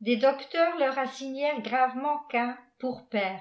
des docteurs leur lasigûèreofl gravement caïqipftur père